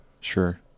sure